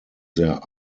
their